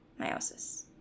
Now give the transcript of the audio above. meiosis